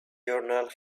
journal